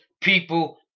people